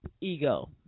ego